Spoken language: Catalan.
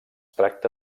tracta